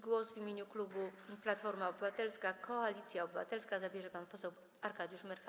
Głos w imieniu klubu Platforma Obywatelska - Koalicja Obywatelska zabierze pan poseł Arkadiusz Myrcha.